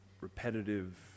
repetitive